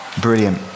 Brilliant